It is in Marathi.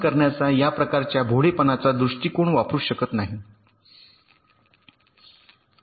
तर 2 एस संभाव्य प्रत्येक राज्यासाठी आउटपुट भिन्न असू शकते बरोबर